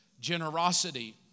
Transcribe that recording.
generosity